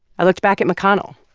i looked back at mcconnell,